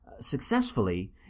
successfully